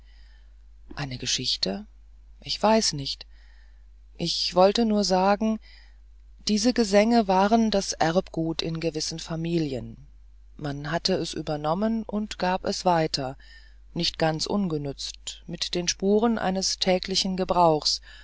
eine geschichte ich weiß nicht ich wollte nur sagen diese gesänge waren das erbgut in gewissen familien man hatte es übernommen und man gab es weiter nicht ganz unbenützt mit den spuren eines täglichen gebrauchs